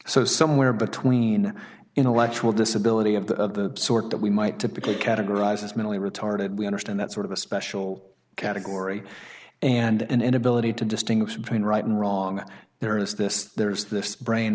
so somewhere between intellectual disability of the sort that we might typically categorize as mentally retarded we understand that sort of a special category and an inability to distinguish between right and wrong that there is this there's this brain